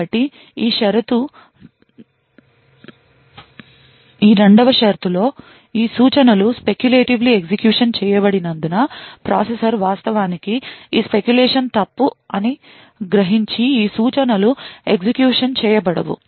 కాబట్టి ఈ షరతు 2 లో ఈ సూచనలు speculativelyఎగ్జిక్యూషన్ చేయబడినందున ప్రాసెసర్ వాస్తవానికి ఈ speculation తప్పు అని గ్రహించి ఈ సూచనలు ఎగ్జిక్యూషన్ చేయబడవు